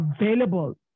available